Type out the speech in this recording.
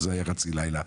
על זה היה חצי לילה.